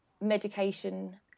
medication